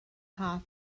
half